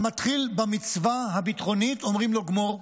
המתחיל במצווה הביטחונית אומרים לו גמור.